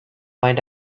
find